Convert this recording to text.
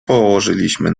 położyliśmy